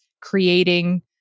creating